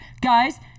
guys